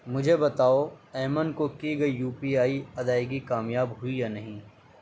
مجھے بتاؤ ایمن کو کی گئی یو پی آئی ادائیگی کامیاب ہوئی یا نہیں